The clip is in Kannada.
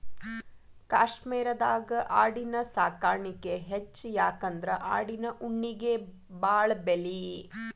ಕಾಶ್ಮೇರದಾಗ ಆಡಿನ ಸಾಕಾಣಿಕೆ ಹೆಚ್ಚ ಯಾಕಂದ್ರ ಆಡಿನ ಉಣ್ಣಿಗೆ ಬಾಳ ಬೆಲಿ